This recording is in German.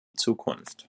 zukunft